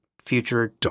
future